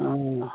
हँ